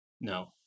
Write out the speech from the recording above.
No